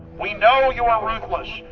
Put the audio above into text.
we know you are ruthless,